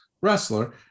wrestler